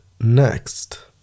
next